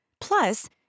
Plus